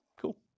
Cool